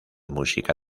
música